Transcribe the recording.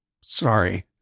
Sorry